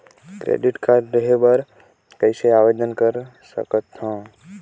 Credit card लेहे बर कइसे आवेदन कर सकथव?